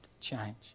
change